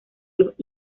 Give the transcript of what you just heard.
los